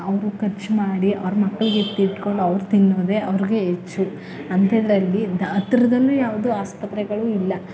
ಅವರು ಖರ್ಚು ಮಾಡಿ ಅವ್ರ ಮಕ್ಳಿಗೆ ಎತ್ತಿಟ್ಕೊಂಡು ಅವ್ರು ತಿನ್ನೋದೆ ಅವ್ರಿಗೆ ಹೆಚ್ಚು ಅಂಥದ್ರಲ್ಲಿ ಇಂಥ ಹತ್ರದಲ್ಲೂ ಯಾವುದು ಆಸ್ಪತ್ರೆಗಳು ಇಲ್ಲ